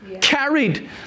carried